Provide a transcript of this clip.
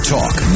Talk